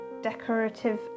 decorative